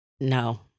No